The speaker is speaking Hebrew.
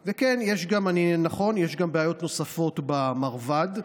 וכן, נכון, יש גם בעיות נוספות במרב"ד.